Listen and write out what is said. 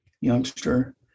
youngster